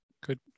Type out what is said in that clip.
Good